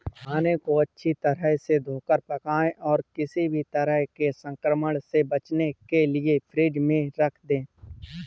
खाने को अच्छी तरह से धोकर पकाएं और किसी भी तरह के संक्रमण से बचने के लिए फ्रिज में रख दें